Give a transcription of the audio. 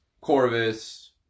Corvus